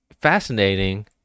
fascinating